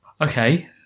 Okay